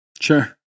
Sure